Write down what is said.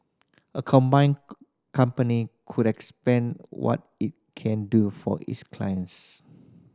a combined company would expand what it can do for its clients